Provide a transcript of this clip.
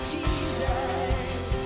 Jesus